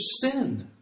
sin